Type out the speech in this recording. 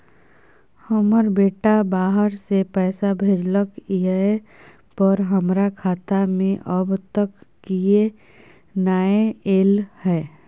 हमर बेटा बाहर से पैसा भेजलक एय पर हमरा खाता में अब तक किये नाय ऐल है?